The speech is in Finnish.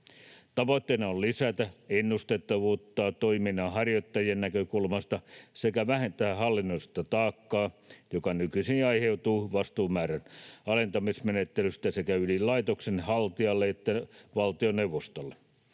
Tavoitteena on lisätä ennustettavuutta toiminnan harjoittajien näkökulmasta sekä vähentää hallinnollista taakkaa, joka nykyisin aiheutuu vastuumäärän alentamismenettelystä sekä ydinlaitoksen haltijalle että valtioneuvostolle.